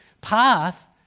path